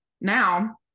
Now